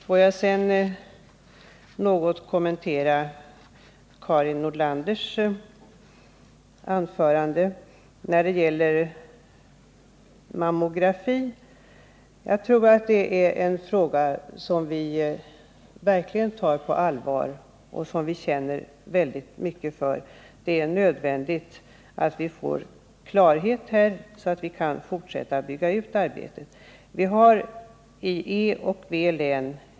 Låt mig sedan något kommentera Karin Nordlanders anförande. Mammografi är något som vi verkligen tar på allvar och som vi känner väldigt mycket för. Det är nödvändigt att vi får klarhet här, så att vi kan fortsätta att bygga ut undersökningsmöjligheterna.